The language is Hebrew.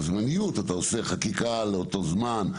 ואז אתה עושה חקיקה לאותו זמן,